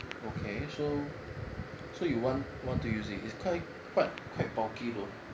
okay so so you want want to use it is quite quite quite bulky though